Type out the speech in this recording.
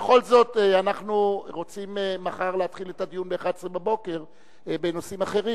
ובכל זאת אנחנו רוצים להתחיל מחר את הדיון ב-11:00 בנושאים אחרים.